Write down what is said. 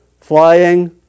flying